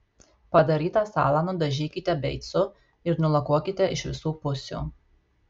padarytą stalą nudažykite beicu ir nulakuokite iš visų pusių